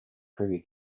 privy